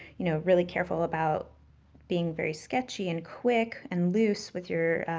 you know, really careful about being very sketchy and quick and loose with your,